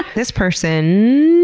this person,